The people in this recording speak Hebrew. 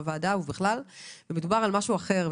בוועדה ובכלל ומדובר על משהו אחר.